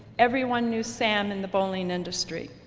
everyone knew sam in the bowling industry.